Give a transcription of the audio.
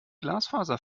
glasfaser